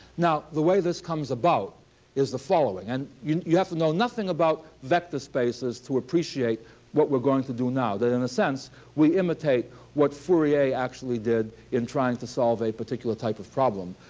now the way this comes about is the following. and you you have to know nothing about vector spaces to appreciate what we're going to do now, that in a sense we imitate what fourier actually did in trying to solve a particular type of problem.